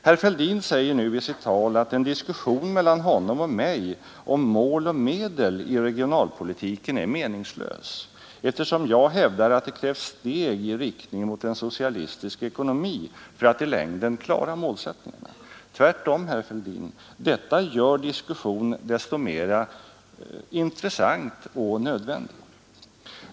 Herr Fälldin säger nu i sitt tal att en diskussion mellan honom och mig om mål och medel i regionalpolitiken är meningslös, eftersom jag hävdar att det krävs steg i riktning mot en socialistisk ekonomi för att man i längden skall klara målsättningarna. Tvärtom, herr Fälldin, detta gör diskussionen desto mer intressant och nödvändig.